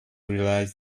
realize